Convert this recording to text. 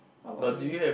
how about you